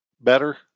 better